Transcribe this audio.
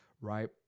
right